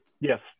Yes